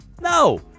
no